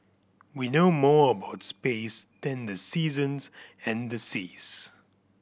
we know more about space than the seasons and the seas